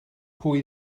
pwy